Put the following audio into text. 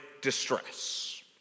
distress